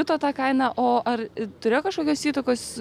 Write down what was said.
be to ta kaina o ar turėjo kažkokios įtakos